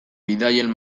bidaien